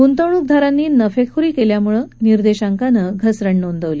गुंतवणूकदारांनी नफेखोरी केल्यामुळे निर्देशांकानं घसरण नोंदवली